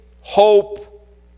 hope